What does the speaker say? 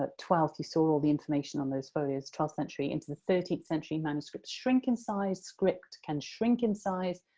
ah twelfth you saw all the information on those folios twelfth century into the thirteenth century. manuscripts shrink in size script can shrink in size,